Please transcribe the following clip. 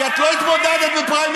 כי את לא התמודדת בפריימריז.